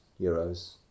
euros